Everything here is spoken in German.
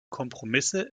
kompromisse